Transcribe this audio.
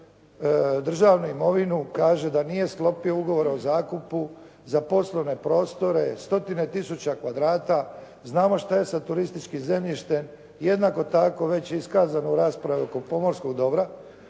državnu imovinu kaže da nije sklopio ugovor o zakupu za poslovne prostore, stotine tisuća kvadrata. Znamo što je sa turističkim zemljištem, jednako tako već iskazano u raspravi oko pomorskog dobra.